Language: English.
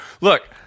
Look